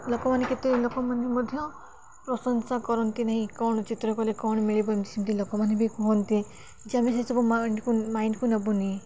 ଲୋକମାନେ କେତେ ଲୋକମାନେ ମଧ୍ୟ ପ୍ରଶଂସା କରନ୍ତି ନାହିଁ କ'ଣ ଚିତ୍ର କଲେ କ'ଣ ମିଳିବ ଏମିତି ସେମିତି ଲୋକମାନେ ବି କୁହନ୍ତି ଯେ ସେସବୁ ମାଇଣ୍ଡକୁ ମାଇଣ୍ଡକୁ ନେବୁନି